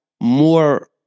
more